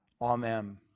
Amen